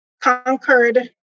conquered